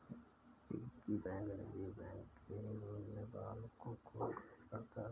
piggy bank निजी bank के रूप में बालकों को आकर्षित करता है